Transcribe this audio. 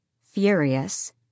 Furious